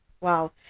Wow